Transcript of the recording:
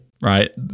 right